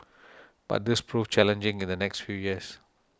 but this proved challenging in the next few years